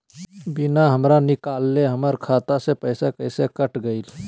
बिना हमरा निकालले, हमर खाता से पैसा कैसे कट गेलई?